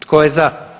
Tko je za?